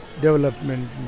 development